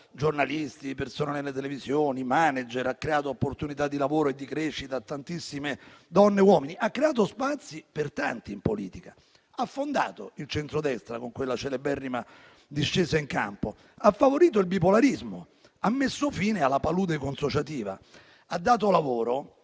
giornalisti, persone nelle televisioni, *manager*, ha creato opportunità di lavoro e di crescita a tantissime donne e uomini. Ha creato spazi per tanti in politica, ha fondato il centrodestra con quella celeberrima "discesa in campo". Ha favorito il bipolarismo, ha messo fine alla palude consociativa, ha dato lavoro